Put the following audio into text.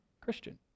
Christian